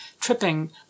tripping